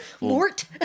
Mort